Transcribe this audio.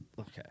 Okay